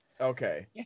Okay